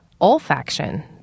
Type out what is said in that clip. Olfaction